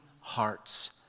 hearts